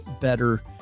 better